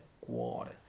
cuore